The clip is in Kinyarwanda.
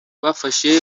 bafashe